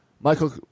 Michael